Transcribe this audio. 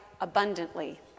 abundantly